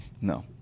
No